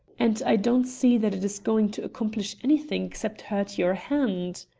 and i don't see that it is going to accomplish anything except hurt your hand.